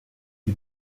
des